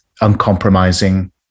uncompromising